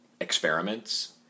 experiments